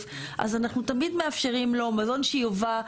אז אנחנו תמיד מאפשרים לו מזון שיובא,